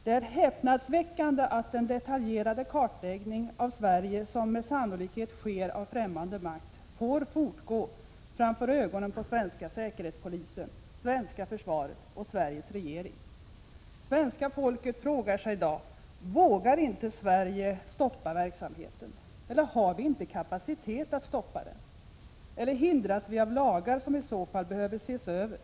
Det är häpnadsväckande att den detaljerade kartläggning av Sverige som med all sannolikhet sker av främmande makt får fortgå framför ögonen på svenska säkerhetspolisen, svenska försvaret och Sveriges regering. — Vågar inte Sverige stoppa verksamheten? —- Har vi inte kapacitet att stoppa den? —- Hindras vi av lagar, som i så fall behöver ses över?